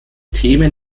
themen